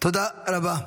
תודה רבה.